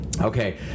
Okay